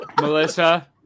Melissa